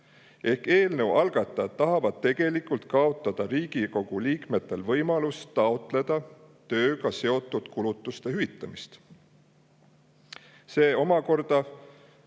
Ehk eelnõu algatajad tahavad tegelikult kaotada Riigikogu liikmete võimalust taotleda tööga seotud kulutuste hüvitamist. See omakorda